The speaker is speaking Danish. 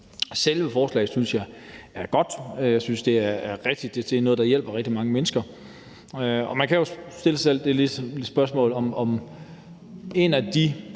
Selve forslaget synes jeg er godt. Det er noget, der hjælper rigtig mange mennesker. Man kan jo stille sig selv det spørgsmål, om en af de